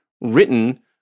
written